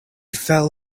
fell